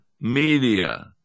media